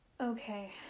Okay